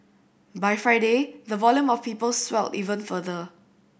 by Friday the volume of people swelled even further